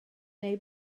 neu